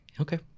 Okay